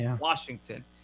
Washington